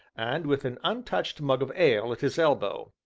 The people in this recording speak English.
and with an untouched mug of ale at his elbow.